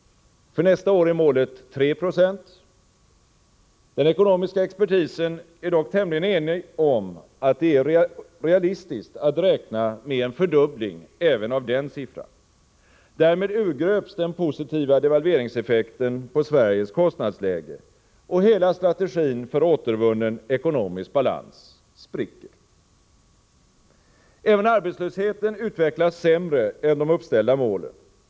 För nästa år är målet 3 90. Den ekonomiska expertisen är dock tämligen enig om att det är realistiskt att räkna med en fördubbling av även den siffran. Därmed urgröps den positiva devalveringseffekten på Sveriges kostnadsläge, och hela strategin för återvunnen ekonomisk balans spricker. Även arbetslösheten utvecklas sämre än de uppställda målen.